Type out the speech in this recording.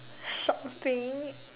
shopping